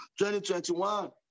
2021